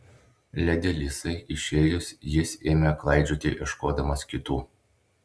ledi lisai išėjus jis ėmė klaidžioti ieškodamas kitų